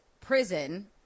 prison